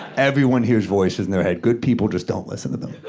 everyone hears voices in their head. good people just don't listen to them.